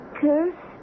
curse